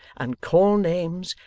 and call names,